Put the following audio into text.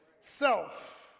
Self